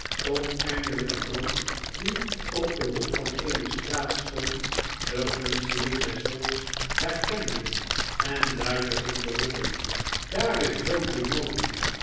tot eindelijk een man die op den hoek van eene straat stond den gunsteling des volks herkende en luid begon te roepen daar is joe grimaldi